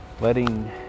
letting